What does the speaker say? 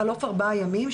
בחלוף ארבעה ימים,